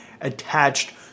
attached